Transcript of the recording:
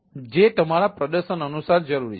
જે તમારા પ્રદર્શન અનુસાર જરૂરી છે